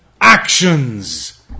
actions